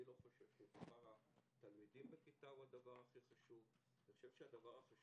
אני לא חושב שמספר התלמידים בכיתה הוא הדבר החשוב אלא המורים,